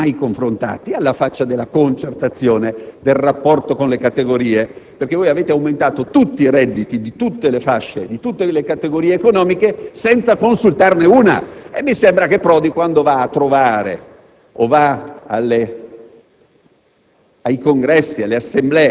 L'ordine dei commercialisti è composto da tecnici con i quali non vi siete mai confrontati alla faccia della concertazione e del rapporto con le categorie. Voi, infatti, avete aumentato tutti i redditi di tutte le fasce, di tutte le categorie economiche senza consultarne una.